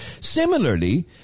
Similarly